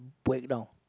break down